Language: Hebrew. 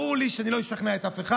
ברור לי שאני לא אשכנע את אף אחד.